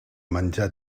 menjar